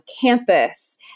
campus